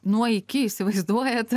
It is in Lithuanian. nuo iki įsivaizduojat